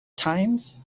times